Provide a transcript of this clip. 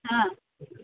ஆ